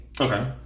okay